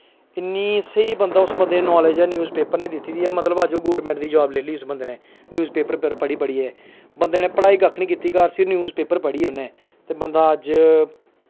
इ'न्नी स्हेई बंदा उस बंदे ई नॉलेज ऐ उस पेपर निं दित्ती दी ऐ पर अज्ज ओह् गौरमेंट दी जॉब लै लेई ऐ उस बंदे ने न्यूज़ पेपर पढ़ी पढ़ियै बंदे ने पढ़ाई कक्ख निं कीती घर सिर्फ न्यूज़ पेपर पढ़ी उ'न्ने ते बंदा अज्ज